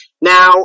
Now